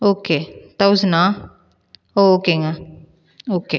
okay தௌசனா ஓகேங்க okay